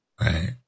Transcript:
Right